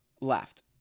Left